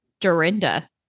Dorinda